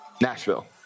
Nashville